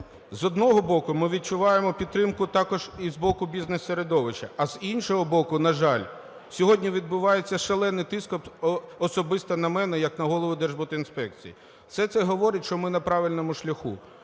З одного боку, ми відчуваємо підтримку також і з боку бізнес-середовища, а, з іншого боку, на жаль, сьогодні відбувається шалений тиск особисто на мене як на голову Держбудінспекції. Все це говорить, що ми на правильному шляху,